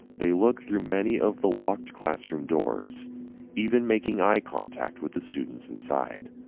they look through many of the locked classroom doors even making eye contact with the students inside.